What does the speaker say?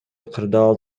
кырдаал